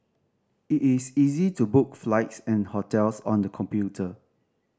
it is easy to book flights and hotels on the computer